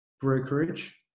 brokerage